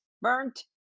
burnt